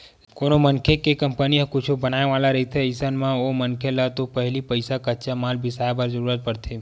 जब कोनो मनखे के कंपनी ह कुछु बनाय वाले रहिथे अइसन म ओ मनखे ल तो पहिली पइसा कच्चा माल बिसाय बर जरुरत पड़थे